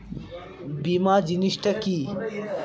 বীমা জিনিস টা কি?